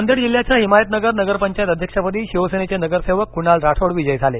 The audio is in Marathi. नांदेड जिल्ह्याच्या हिमायतनगर नगर पंचायत अध्यक्षपदी शिवसेनेचे नगर सेवक कुणाल राठोड विजयी झाले